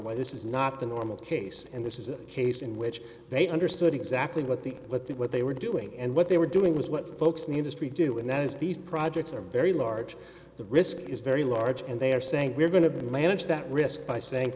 why this is not the normal case and this is a case in which they understood exactly what the what the what they were doing and what they were doing was what folks in the industry do and that is these projects are very large the risk is very large and they are saying we're going to manage that risk by saying